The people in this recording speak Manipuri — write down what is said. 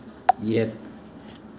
ꯌꯦꯠ